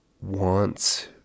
wants